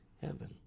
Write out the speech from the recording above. heaven